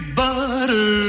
butter